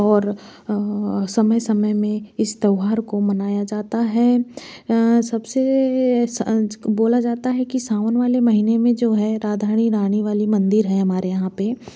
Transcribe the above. और समय समय में इस त्यौहार को मनाया जाता है सबसे बोला जाता है कि सावन वाले महीने में जो है राधा रानी वाली मंदिर है हमारे यहाँ पे